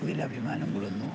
അതിൽ അഭിമാനം കൊളളുന്നു